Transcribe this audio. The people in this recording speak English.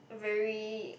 very